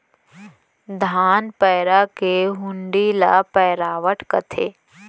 धान पैरा के हुंडी ल पैरावट कथें